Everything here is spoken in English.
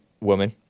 woman